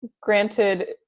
Granted